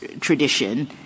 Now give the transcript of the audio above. tradition